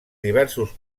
diversos